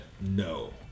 No